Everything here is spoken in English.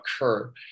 occur